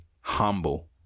humble